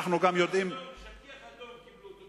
עם שטיח אדום קיבלו אותו.